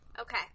Okay